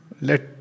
let